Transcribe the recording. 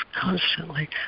constantly